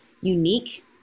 unique